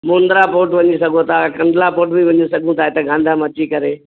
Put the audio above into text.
Mundra port वञी सघो था कंडला पोर्ट बि वञी सघूं था हिते गांधीधाम अची करे